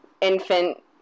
infant